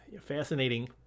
fascinating